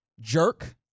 jerk